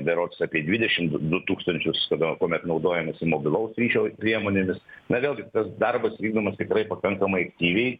berods apie dvidešim du du tūkstančius kada kuomet naudojamasi mobilaus ryšio priemonėmis na vėlgi tas darbas vykdomas tikrai pakankamai aktyviai